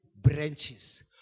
branches